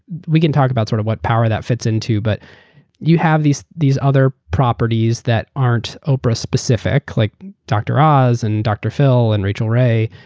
we can talk about sort of what powers that fit into, but you have these these other properties that aren't oprah-specific like dr. oz, and dr. phil, and rachel ray.